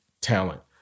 talent